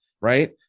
right